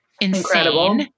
incredible